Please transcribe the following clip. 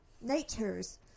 natures